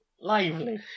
lively